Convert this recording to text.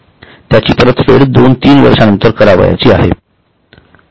त्याची परतफेड दोन तीन वर्षानंतर करावयाची आहे